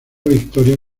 victoria